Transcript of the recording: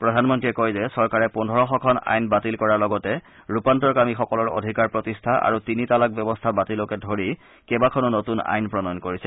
প্ৰধানমন্ত্ৰীয়ে কয় যে চৰকাৰে পোন্ধৰশখন আইন বাতিল কৰাৰ লগতে ৰূপান্তৰকামীসকলৰ অধিকাৰ প্ৰতিষ্ঠা আৰু তিনি তালাক ব্যৱস্থা বাতিলকে ধৰি কেইবাখনো নতুন আইন প্ৰণয়ন কৰিছে